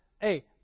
hey